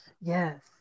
Yes